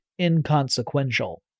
inconsequential